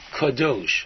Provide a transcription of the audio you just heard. kadosh